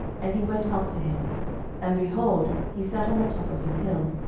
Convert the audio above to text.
and he went up to him and, behold, he sat on the top of an hill.